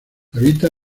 habita